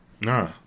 Nah